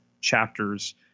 chapters